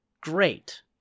great